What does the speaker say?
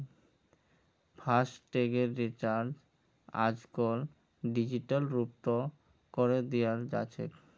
फासटैगेर recharge आजकल digital रूपतों करे दियाल जाछेक